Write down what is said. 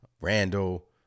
Randall